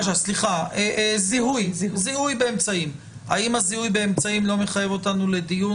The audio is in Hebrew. האם הזיהוי באמצעים לא מחייב אותנו לדיון?